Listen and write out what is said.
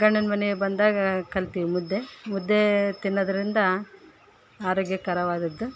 ಗಂಡನ ಮನೆಗೆ ಬಂದಾಗ ಕಲ್ತಿವಿ ಮುದ್ದೆ ಮುದ್ದೇ ತಿನ್ನೋದರಿಂದ ಆರೋಗ್ಯಕರವಾದದ್ದು